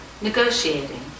negotiating